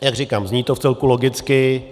Jak říkám, zní to vcelku logicky.